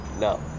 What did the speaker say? No